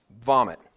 vomit